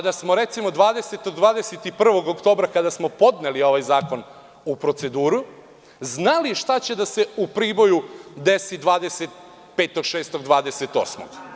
Da smo recimo, 20, 21. oktobra kada smo podneli ovaj zakon u proceduru znali šta će da se u Priboju desi 25, 26, 28.